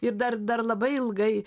ir dar dar labai ilgai